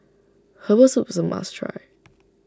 Herbal Soup is a must try